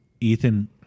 Ethan